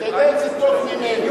אתה יודע את זה טוב ממני.